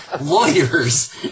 lawyers